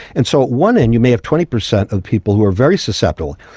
and so at one end you may have twenty percent of people who are very susceptible.